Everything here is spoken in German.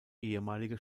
ehemalige